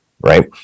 right